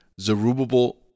Zerubbabel